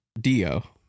dio